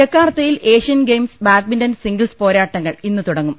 ജക്കാർത്തയിൽ Asian games badminton singles പോരാട്ടങ്ങൾ ഇന്ന് തുടങ്ങും